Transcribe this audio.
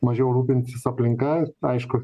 mažiau rūpinsis aplinka aišku